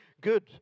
good